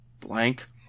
Blank